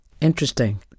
Interesting